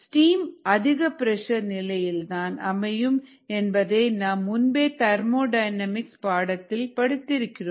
steam அதிக pressure நிலையில்தான் அமையும் என்று நாம் முன்பே தெர்மோடைனமிக்ஸ் பாடத்தில் படித்திருக்கிறோம்